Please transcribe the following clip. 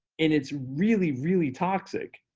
and it's really, really toxic.